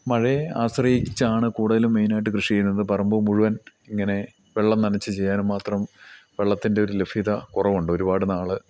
മഴയെ ആശ്രയിച്ചാണ് കൂടുതലും മെയിനായിട്ട് കൃഷി ചെയ്യുന്നത് പറമ്പ് മുഴുവൻ ഇങ്ങനെ വെള്ളം നനച്ച് ചെയ്യാനും മാത്രം വെള്ളത്തിൻ്റെ ഒരു ലഭ്യത കുറവുണ്ട് ഒരുപാട് നാൾ